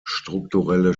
strukturelle